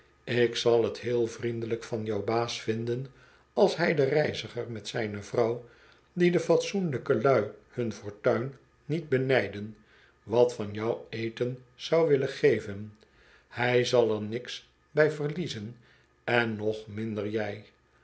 ik zal t heel vriendelyk van jou baas vinden als hij den reiziger met zijne vrouw die de fatsoenlijke lui hun fortuin niet benijden wat van jou eten zou willen geven hij zal er niks bij verliezen en nog minder jij